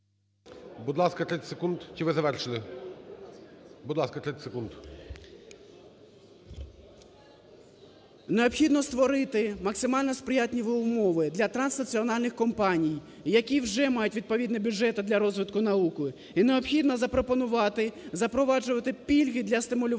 Необхідно створити максимально сприятливі умови для транснаціональних компаній, які вже мають відповідний бюджет для розвитку науки. І необхідно запропонувати запроваджувати пільги для стимулювання